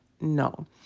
no